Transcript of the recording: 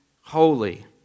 holy